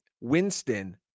Winston